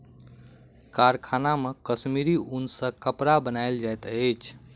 कारखाना मे कश्मीरी ऊन सॅ कपड़ा बनायल जाइत अछि